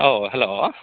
औ हेलौ